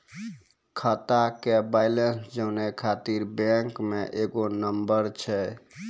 खाता के बैलेंस जानै ख़ातिर बैंक मे एगो नंबर छै?